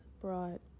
brought